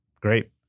great